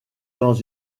dans